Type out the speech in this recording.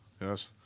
Yes